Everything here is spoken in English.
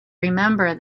remember